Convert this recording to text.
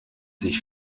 sich